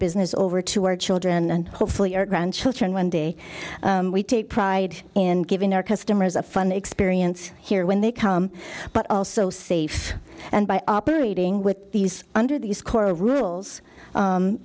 business over to our children and hopefully our grandchildren one day we take pride in giving our customers a fun experience here when they come but also safe and by operating with these under these core rules